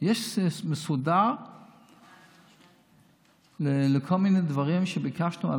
מסודרת לכל מיני דברים שביקשנו,